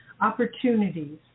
opportunities